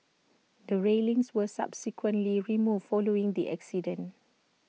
the railings were subsequently removed following the accident